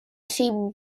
sitcom